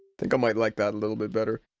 bthink i might like that a little bit better.